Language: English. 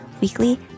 weekly